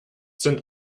sind